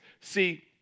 See